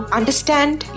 understand